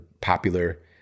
popular